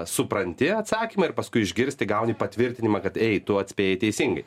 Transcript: supranti atsakymą ir paskui išgirsti gauni patvirtinimą kad ei tu atspėjai teisingai